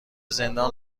زندان